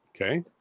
Okay